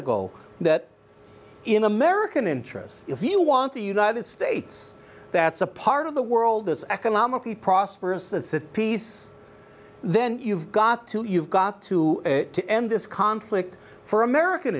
ago that in american interests if you want the united states that's a part of the world it's economically prosperous it's a peace then you've got to you've got to to end this conflict for american